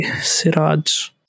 Siraj